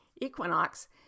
equinox